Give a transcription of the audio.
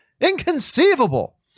Inconceivable